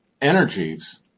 energies